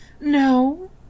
No